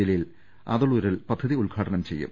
ജലീൽ അതളൂരിൽ പദ്ധതി ഉദ്ഘാടനം ചെയ്യും